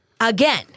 Again